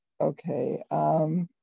Okay